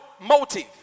motive